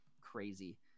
crazy